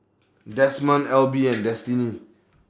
Demond Elby and Destinee